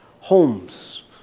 homes